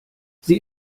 sie